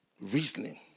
reasoning